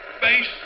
base